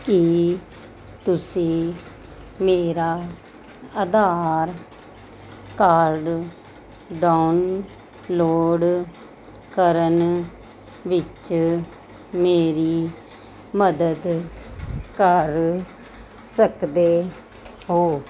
ਕੀ ਤੁਸੀਂ ਮੇਰਾ Aadhaar card download ਕਰਨ ਵਿੱਚ ਮੇਰੀ ਮਦਦ ਕਰ ਸਕਦੇ ਹੋ